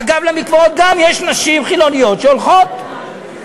אגב, יש גם נשים חילוניות שהולכות למקוואות.